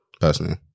personally